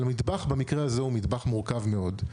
אבל המטבח במקרה הזה הוא מטבח מורכב מאוד.